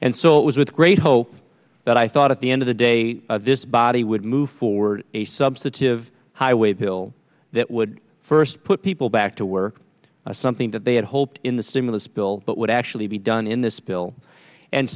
and so it was with great hope but i thought at the end of the day this body would move forward a substantive highway bill that would first put people back to work something that they had hoped in the stimulus bill what would actually be done in this bill and